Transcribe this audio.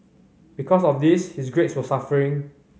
because of this his grades were suffering